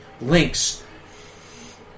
links